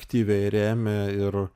aktyviai rėmė ir